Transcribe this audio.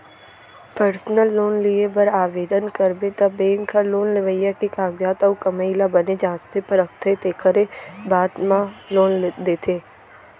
personal loan लिये बर ओवदन करबे त बेंक ह लोन लेवइया के कागजात अउ कमाई ल बने जांचथे परखथे तेकर बादे म लोन देथे